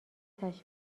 تشویق